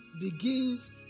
begins